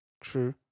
True